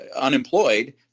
unemployed